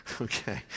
Okay